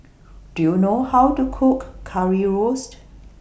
Do YOU know How to Cook Currywurst